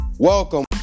Welcome